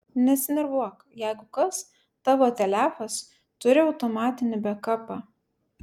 nesinervuok jeigu kas tavo telefas turi automatinį bekapą